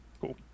Cool